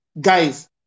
guys